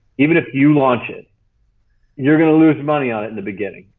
even if you launch it you're going to lose money on it in the beginning,